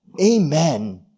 amen